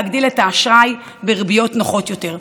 להגדיל את האשראי בריביות נוחות יותר.